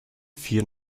vier